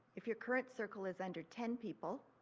if your current circle is under ten people,